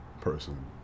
person